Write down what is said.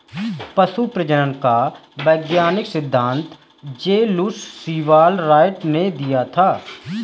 पशु प्रजनन का वैज्ञानिक सिद्धांत जे लुश सीवाल राइट ने दिया था